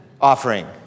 offering